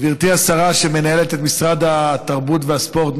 גברתי השרה שמנהלת את משרד התרבות והספורט,